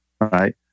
right